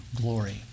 glory